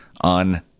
on